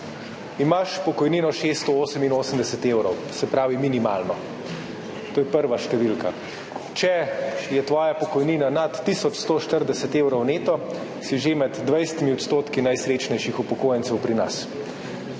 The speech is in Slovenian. imaš pokojnino 688 evrov, se pravi, minimalno, to je prva številka. Če je tvoja pokojnina nad 1140 neto, si že med 20 odstotki najsrečnejših upokojencev pri nas.